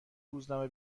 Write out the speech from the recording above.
روزنامه